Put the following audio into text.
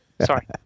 Sorry